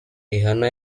rihanna